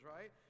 right